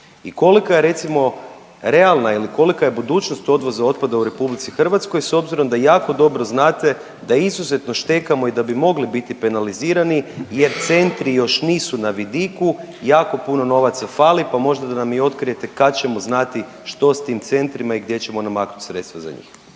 i kolika je recimo realna ili kolika je budućnost odvoza otpada u Republici Hrvatskoj s obzirom da jako dobro znate da izuzetno štekamo i da bi mogli biti penalizirani jer centri još nisu na vidiku. Jako puno novaca fali, pa možda da nam i otkrijete kad ćemo znati što s tim centrima i gdje ćemo namaknuti sredstva za njih?